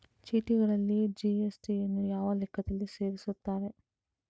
ಚೀಟಿಗಳಲ್ಲಿ ಜಿ.ಎಸ್.ಟಿ ಯನ್ನು ಯಾವ ಲೆಕ್ಕದಲ್ಲಿ ಸೇರಿಸುತ್ತಾರೆ?